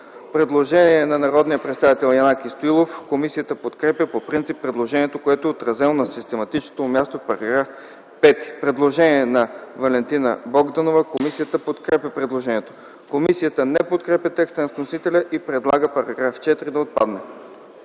Предложение на народния представител Янаки Стоилов. Комисията подкрепя по принцип предложението, което е отразено на систематичното му място в § 5. Предложение на народния представител Валентина Богданова. Комисията подкрепя предложението. Комисията не подкрепя текста на вносителя и предлага § 4 да отпадне.